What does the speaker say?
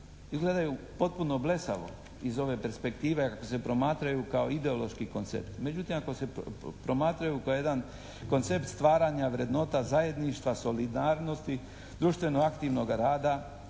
izgledaju potpuno blesavo iz ove perspektive ako se promatraju kao ideološki koncept. Međutim ako se promatraju kao jedan koncept stvaranja vrednota zajedništva, solidarnosti, društveno aktivnog rada,